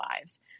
lives